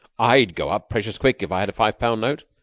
i'd go up precious quick if i had a five-pound note.